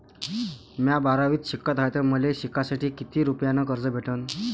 म्या बारावीत शिकत हाय तर मले शिकासाठी किती रुपयान कर्ज भेटन?